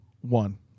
one